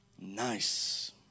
Nice